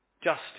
justice